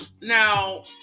Now